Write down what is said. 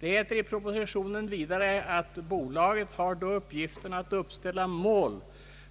Det heter i propositionen vidare: »Bolaget har då uppgiften att uppställa mål